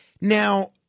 Now